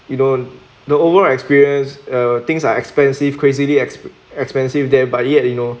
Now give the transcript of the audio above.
you know the overall experience uh things are expensive crazily ex expensive there but yet you know